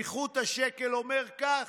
פיחות השקל אומר כך: